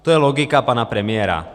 To je logika pana premiéra.